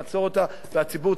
והציבור צריך להיות ער לה.